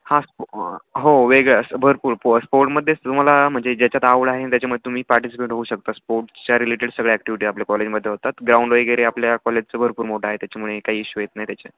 हां हो वेळ भरपूर स्पो स्पोर्टमध्येच तुला म्हणजे ज्याच्यात आवड आहे त्याच्यामध्ये तुम्ही पार्टिसिपेट होऊ शकता स्पोर्ट्सच्या रिलेटेड सगळ्या ॲक्टिविटी आपल्या कॉलेजमध्ये होतात ग्राउंड वगैरे आपल्या कॉलेजचं भरपूर मोठा आहे त्याच्यामुळे काही इशू येत नाही त्याच्यात